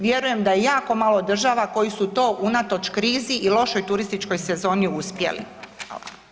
Vjerujem da je jako malo država koji su to unatoč krizi i lošoj turističkoj sezoni uspjeli.